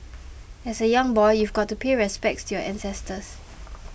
as a young boy you've got to pay respects to your ancestors